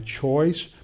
choice